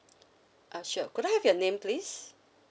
ah sure could I have your name please